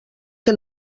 que